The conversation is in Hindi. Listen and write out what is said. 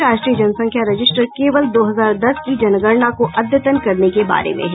राष्ट्रीय जनसंख्या रजिस्टर केवल दो हजार दस की जनगणना को अद्यतन करने के बारे में है